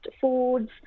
foods